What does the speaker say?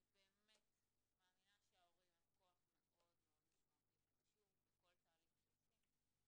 אני באמת מאמינה שההורים הם כוח מאוד משמעותי וחשוב בכל תהליך שעושים,